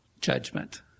judgment